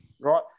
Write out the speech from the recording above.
right